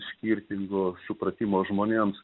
skirtingo supratimo žmonėms